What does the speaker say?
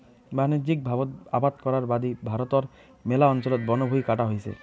বাণিজ্যিকভাবত আবাদ করাং বাদি ভারতর ম্যালা অঞ্চলত বনভুঁই কাটা হইছে